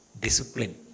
discipline